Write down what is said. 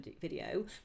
video